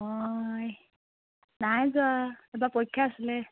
অঁ নাই যোৱা এইবাৰ পৰীক্ষা আছিলে